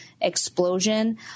explosion